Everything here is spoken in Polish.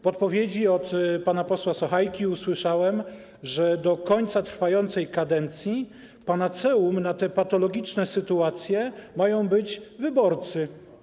W odpowiedzi od pana posła Sachajki usłyszałem, że do końca trwającej kadencji panaceum na te patologiczne sytuacje mają być wyborcy.